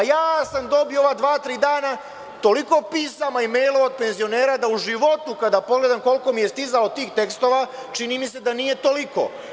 Dobio sam u ova dva, tri dana toliko pisama i mejlova od penzionera, da u životu kada pogledam koliko mi je stizalo tih tekstova, čini mi se da nije toliko.